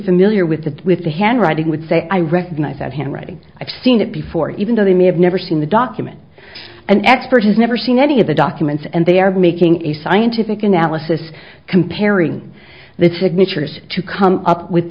familiar with the handwriting would say i recognize that him writing i've seen it before even though they may have never seen the document an expert has never seen any of the documents and they are making a scientific analysis comparing the signatures to come up with